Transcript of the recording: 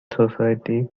society